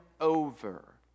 over